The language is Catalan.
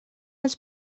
els